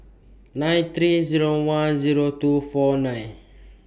nine thirty Zero one Zero two four nine